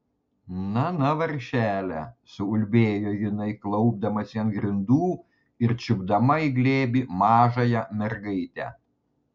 na na vargšele suulbėjo jinai klaupdamasi ant grindų ir čiupdama į glėbį mažąją mergaitę